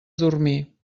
dormir